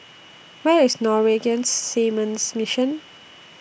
Where IS Norwegian Seamen's Mission